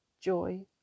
joy